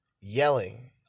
yelling